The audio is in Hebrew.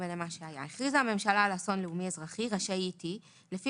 הכריזה הממשלה על אסון לאומי אזרחי רשאית היא לפי